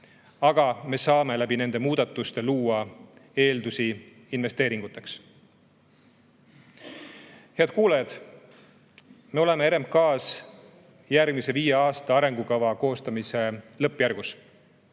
Aga me saame nende muudatustega luua eeldusi investeeringuteks. Head kuulajad! Me oleme RMK‑s järgmise viie aasta arengukava koostamise lõppjärgus.